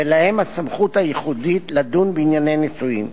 ולהם הסמכות הייחודית לדון בענייני נישואין.